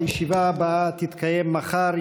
הישיבה הבאה תתקיים מחר,